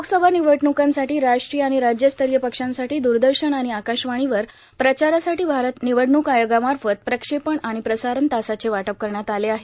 लोकसभा निवडणुकांसाठी राष्ट्रीय आणि राज्यस्तरीय पक्षांसाठी दुरदर्शन आणि आकाशवाणीवर प्रचारासाठी भारत निवडणूक आयोगामार्फत प्रक्षेपण आणि प्रसारण तासांचे वाटप करण्यात आले आहे